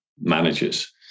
managers